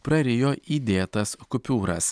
prarijo įdėtas kupiūras